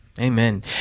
amen